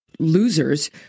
losers